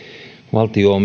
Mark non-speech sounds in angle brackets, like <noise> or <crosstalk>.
valtio <unintelligible>